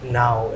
now